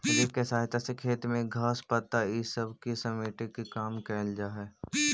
rake के सहायता से खेत में घास, पत्ता इ सब के समेटे के काम कईल जा हई